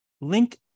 link